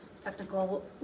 technical